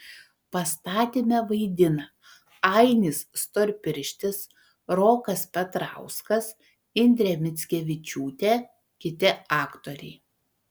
pastatyme vaidina ainis storpirštis rokas petrauskas indrė mickevičiūtė kiti aktoriai